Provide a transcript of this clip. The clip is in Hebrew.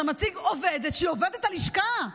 אתה מציג עובדת שהיא עובדת הלשכה.